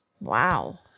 Wow